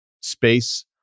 space